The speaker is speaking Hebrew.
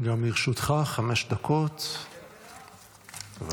גם לרשותך חמש דקות, בבקשה.